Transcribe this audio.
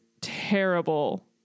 terrible